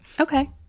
Okay